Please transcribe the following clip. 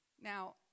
Now